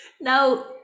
now